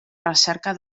recerca